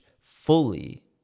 fully